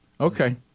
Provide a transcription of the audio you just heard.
okay